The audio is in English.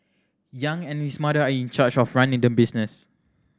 Yang and his mother are in charge of running the business